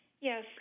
Yes